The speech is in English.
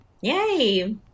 Yay